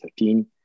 2013